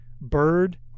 Bird